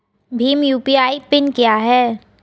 Bhim UPI PIN क्या है?